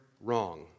wrong